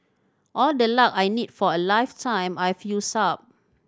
all the luck I need for a lifetime I've used up